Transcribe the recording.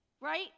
right